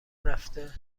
رفته